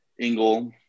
Engel